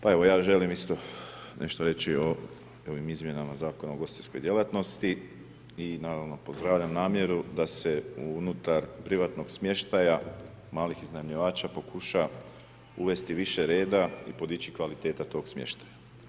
Pa evo, ja želim isto nešto reći o ovim izmjenama Zakona o ugostiteljskoj djelatnosti i naravno pozdravljam namjeru da se unutar privatnog smještaja malih iznajmljivača pokuša uvesti više reda i podići kvaliteta tog smještaja.